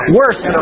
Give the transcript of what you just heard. worse